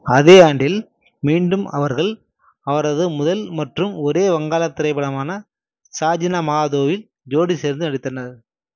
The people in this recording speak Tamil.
அதே ஆண்டில் மீண்டும் அவர்கள் அவரது முதல் மற்றும் ஒரே வங்காளத் திரைப்படமான சாஜினா மஹாதோவில் ஜோடி சேர்ந்து நடித்தனர்